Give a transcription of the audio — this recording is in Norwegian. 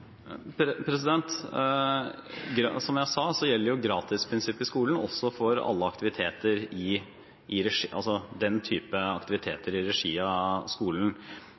Som jeg sa, gjelder gratisprinsippet også for den type aktiviteter i regi av skolen.